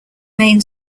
main